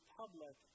public